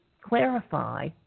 clarify